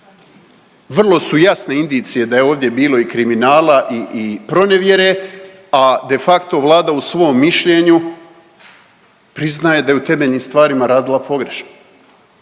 Vrlo su jasne indicije da je ovdje bilo i kriminala i, i pronevjere a de facto Vlada u svom mišljenju priznaje da je u temeljnim stvarima radila pogrešno.